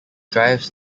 drives